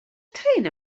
trên